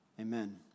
Amen